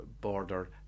border